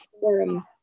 forum